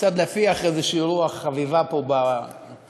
קצת להפיח איזושהי רוח חביבה פה במליאה.